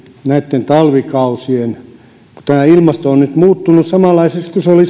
ja talvikaudet kun ilmasto on nyt muuttunut samanlaiseksi kuin se oli